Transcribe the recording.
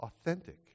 authentic